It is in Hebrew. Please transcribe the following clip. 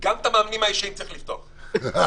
אבל אפילו לא הגדרת מה זה ניצחון מבחינתך.